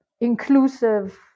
inclusive